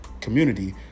community